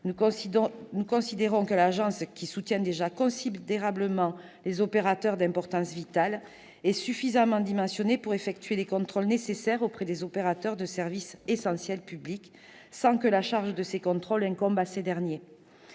Nous considérons que l'Agence, qui soutient déjà considérablement les opérateurs d'importance vitale, est suffisamment dimensionnée pour effectuer les contrôles nécessaires auprès des opérateurs de services essentiels publics, sans que la charge de ces contrôles incombe à ces derniers.